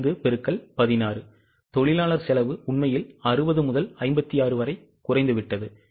5 X 16 தொழிலாளர் செலவு உண்மையில் 60 முதல் 56 வரை குறைந்துவிட்டது